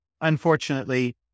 Unfortunately